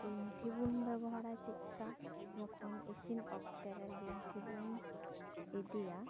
ᱵᱤᱱᱴᱷᱤ ᱵᱚᱱ ᱵᱮᱵᱚᱦᱟᱨᱟ ᱪᱮᱫᱠᱟ ᱡᱚᱠᱷᱚᱱ ᱤᱥᱤᱱ ᱚᱠᱛᱚ ᱨᱮ ᱵᱤᱱᱴᱷᱤ ᱵᱚᱱ ᱤᱫᱤᱭᱟ